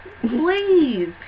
please